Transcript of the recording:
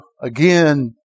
again